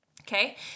Okay